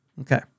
Okay